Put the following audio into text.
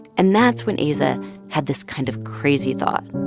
and that's when aza had this kind of crazy thought